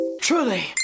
Truly